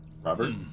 Robert